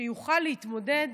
שיוכל להתמודד